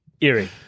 Eerie